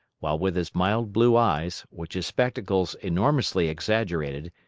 while with his mild blue eyes, which his spectacles enormously exaggerated,